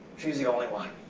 she's the only one